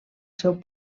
seu